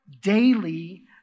Daily